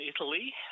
Italy